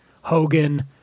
Hogan